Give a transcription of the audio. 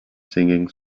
singing